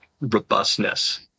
robustness